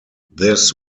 this